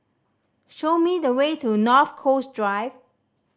show me the way to North Coast Drive